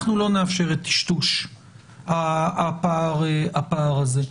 אנחנו לא נאפשר את טשטוש הפער הזה.